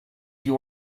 you